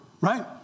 Right